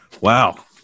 wow